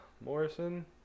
Morrison